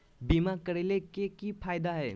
बीमा करैला के की फायदा है?